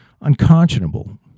unconscionable